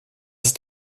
ist